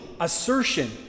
assertion